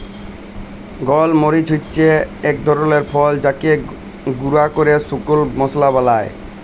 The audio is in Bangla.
গল মরিচ হচ্যে এক ধরলের ফল যাকে গুঁরা ক্যরে শুকল মশলা বালায়